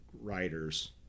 writers